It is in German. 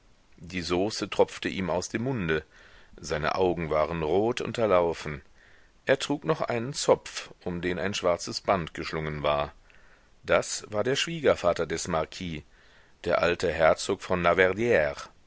die sauce tropfte ihm aus dem munde seine augen waren rotunterlaufen er trug noch einen zopf um den ein schwarzes band geschlungen war das war der schwiegervater des marquis der alte herzog von